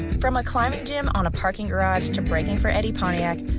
from a climbing gym on a parking garage to braking for eddie pontiac,